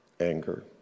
Anger